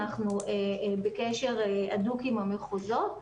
אנחנו בקשר הדוק עם המחוזות,